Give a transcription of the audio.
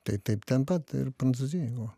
tai taip ten pat ir prancūzijoj buvo